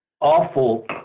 awful